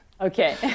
Okay